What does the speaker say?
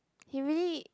he really